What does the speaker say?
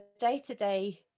day-to-day